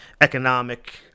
economic